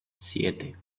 siete